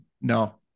No